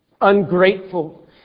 ungrateful